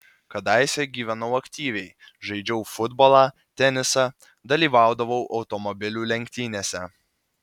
kadaise gyvenau aktyviai žaidžiau futbolą tenisą dalyvaudavau automobilių lenktynėse